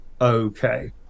okay